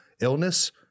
illness